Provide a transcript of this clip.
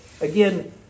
again